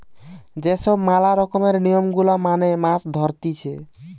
যে সব ম্যালা রকমের নিয়ম গুলা মেনে মাছ ধরতিছে